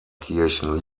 kirchen